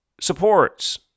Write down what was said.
supports